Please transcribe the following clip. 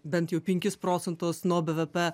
bent jau penkis procentus nuo bvp